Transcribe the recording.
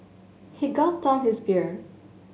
he gulped down his beer